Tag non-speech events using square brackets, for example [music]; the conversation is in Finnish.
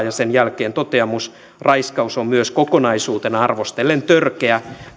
[unintelligible] ja sen jälkeen toteamus raiskaus on myös kokonaisuutena arvostellen törkeä